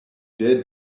did